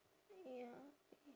ya